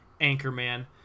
Anchorman